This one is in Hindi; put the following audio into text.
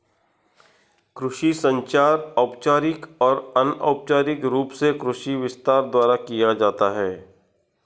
कृषि संचार औपचारिक और अनौपचारिक रूप से कृषि विस्तार द्वारा किया जाता है